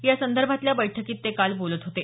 यासंदर्भातल्या बैठकीत ते काल बोलत होते